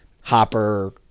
Hopper